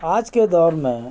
آج کے دور میں